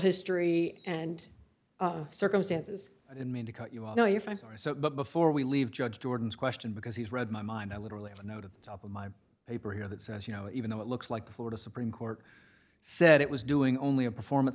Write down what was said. history and circumstances and mean to cut you all know your five or so but before we leave judge jordan's question because he's read my mind i literally have a note at the top of my paper here that says you know even though it looks like the florida supreme court said it was doing only a performance